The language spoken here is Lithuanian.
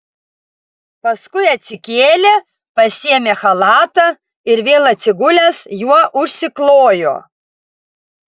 paskui atsikėlė pasiėmė chalatą ir vėl atsigulęs juo užsiklojo